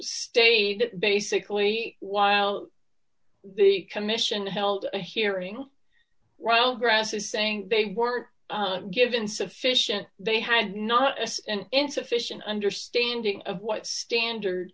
that basically while the commission held a hearing while grass is saying they were given sufficient they had not s and insufficient understanding of what standard